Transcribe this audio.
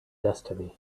destiny